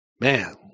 man